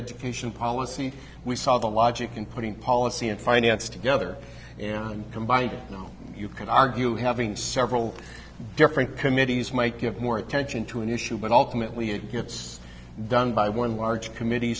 education policy we saw the logic in putting policy and finance together and combined you know you could argue having several different committees might give more attention to an issue but ultimately it gets done by one large committee